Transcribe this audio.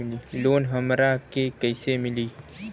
Loan हमरा के कईसे मिली?